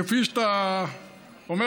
כפי שאתה אומר,